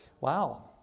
Wow